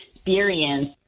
experience